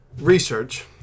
research